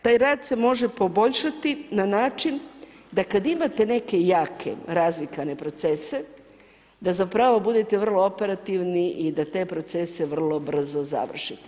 Taj rad se može poboljšati, na način, da kada imate neke jake razvikane procese, da zapravo budete vrlo operativni i da te procese vrlo brzo završite.